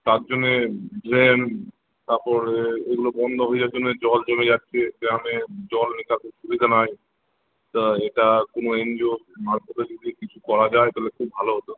তার জন্যে ড্রেন তারপরে এগুলো বন্ধ হয়ে যাওয়ার জন্যে জল জমে যাচ্ছে গ্রামে জল অনেক তারপর সুবিধা নয় তা এটা কোনো এনজিও মারফতে যদি কিছু করা যায় তাহলে খুব ভালো হতো